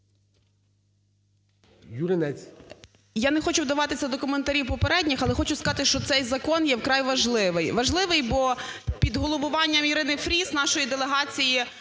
Я не хочу вдаватися до коментарів попередніх, але хочу сказати, що цей закон є вкрай важливий. Важливий, бо під головуванням Ірини Фріз нашої делегації